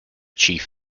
chief